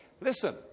Listen